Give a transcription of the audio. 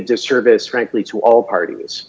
disservice frankly to all parties